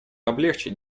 облегчить